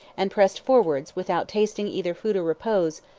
and pressed forwards, without tasting either food or repose,